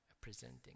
presenting